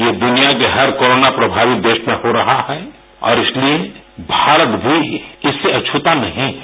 ये दुनिया के हर कोरोना प्रमावित देश में हो रहा है और इसलिए भारत भी इससे अछ्रता नहीं है